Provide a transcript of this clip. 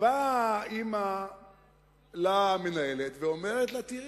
באה אמא למנהלת ואומרת לה: תראי,